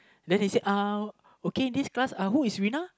then he say uh okay this class who is Rina